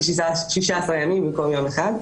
16 ימים במקום יום אחד.